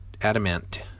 adamant